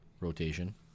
Rotation